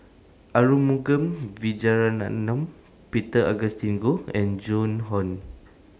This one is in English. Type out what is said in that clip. Arumugam Vijiaratnam Peter Augustine Goh and Joan Hon